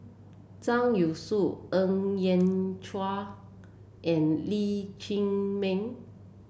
Zhang Youshuo Ng Yat Chuan and Lee Chiaw Meng